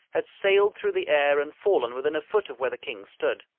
had sailed through the air and fallen within a foot of where the king stood.